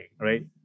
right